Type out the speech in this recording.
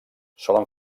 solen